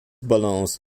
balance